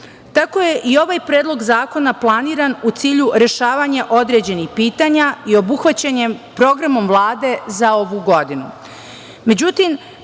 Tako je i ovaj predlog zakona planiran u cilju rešavanju određenih pitanja i obuhvaćen je Programom Vlade za ovu godinu.